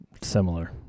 Similar